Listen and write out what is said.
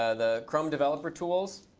ah the chrome developer tools.